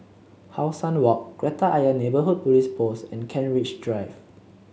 How Sun Walk Kreta Ayer Neighbourhood Police Post and Kent Ridge Drive